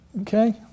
Okay